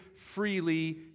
freely